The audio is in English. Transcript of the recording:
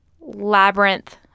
labyrinth